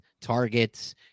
targets